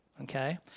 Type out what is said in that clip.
okay